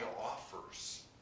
offers